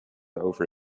over